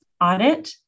audit